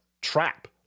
trap